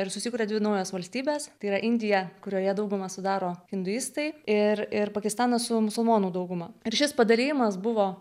ir susikuria dvi naujos valstybės tai yra indija kurioje daugumą sudaro hinduistai ir ir pakistanas su musulmonų dauguma ir šis padalijimas buvo